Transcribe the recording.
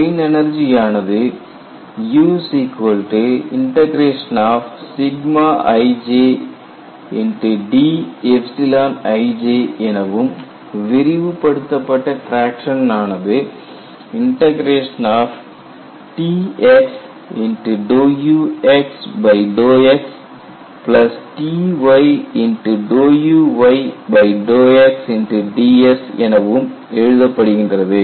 strain energy ஆனது எனவும் விரிவுபடுத்தப்பட்ட டிராக்சன் ஆனது எனவும் எழுதப்படுகின்றது